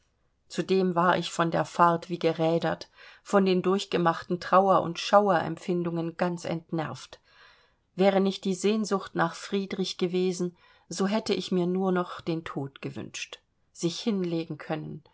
zudem war ich von der fahrt wie gerädert von den durchgemachten trauer und schauerempfindungen ganz entnervt wäre nicht die sehnsucht nach friedrich gewesen so hätte ich mir nur noch den tod gewünscht sich hinlegen können